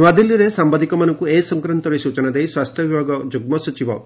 ନୂଆଦିଲ୍ଲୀରେ ସାୟାଦିକମାନଙ୍କୁ ଏ ସଂକ୍ରାନ୍ତରେ ସୂଚନା ଦେଇ ସ୍ୱାସ୍ଥ୍ୟ ବିଭାଗ ଯୁଗ୍ମ ସଚିବ